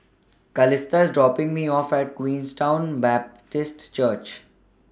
Calista IS dropping Me off At Queenstown Baptist Church